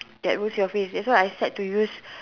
that ruins your face that's why I start to use